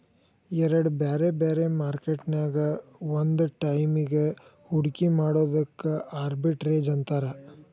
ಎರಡ್ ಬ್ಯಾರೆ ಬ್ಯಾರೆ ಮಾರ್ಕೆಟ್ ನ್ಯಾಗ್ ಒಂದ ಟೈಮಿಗ್ ಹೂಡ್ಕಿ ಮಾಡೊದಕ್ಕ ಆರ್ಬಿಟ್ರೇಜ್ ಅಂತಾರ